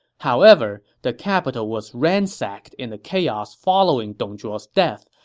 however, the capital was ransacked in the chaos following dong zhuo's death,